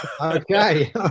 Okay